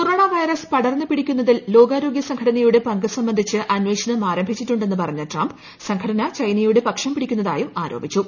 corona virus പടർന്നു പിടിക്കുന്നതിൽ ലോകാരോഗ്യസംഘടനയുടെ പങ്ക് സംബന്ധിച്ച് അന്വേഷണം ആരംഭിച്ചിട്ടുണ്ടെന്ന് പറഞ്ഞ ട്രംപ് സംഘടന ചൈനയുടെ പക്ഷം പിടിക്കുന്നതായും ആരോപിച്ചു